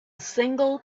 single